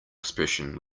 expression